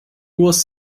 was